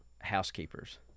housekeepers